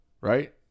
right